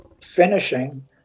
finishing